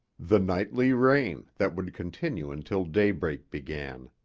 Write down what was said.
the nightly rain that would continue until daybreak began.